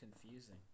confusing